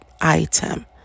item